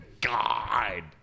god